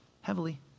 heavily